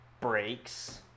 breaks